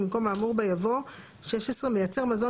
במקום האמור בה יבוא: "(16) מייצר מזון